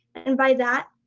and by that,